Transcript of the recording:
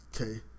Okay